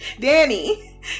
Danny